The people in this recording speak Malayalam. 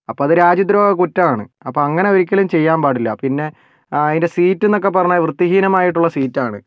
അപ്പം രാജ്യദ്രോഹ കുറ്റമാണ് അപ്പോൾ അങ്ങനെ ഒരിക്കലും ചെയ്യാൻ പാടില്ല പിന്നെ അതിന്റെ സീറ്റ് എന്നൊക്കെ പറഞ്ഞാൽ വൃത്തിഹീനമായിട്ടുള്ള സീറ്റ് ആണ്